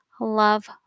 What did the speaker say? love